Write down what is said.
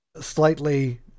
slightly